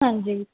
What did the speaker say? ਹਾਂਜੀ